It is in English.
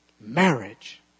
marriage